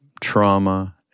trauma